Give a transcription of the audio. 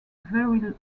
very